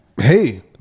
Hey